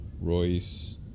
Royce